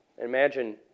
Imagine